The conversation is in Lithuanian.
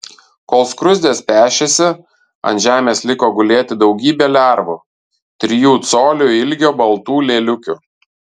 kol skruzdės pešėsi ant žemės liko gulėti daugybė lervų trijų colių ilgio baltų lėliukių